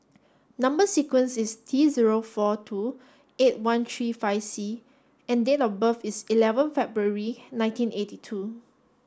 number sequence is T zero four two eight one three five C and date of birth is eleven February nineteen eighty two